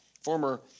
former